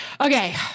Okay